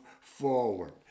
forward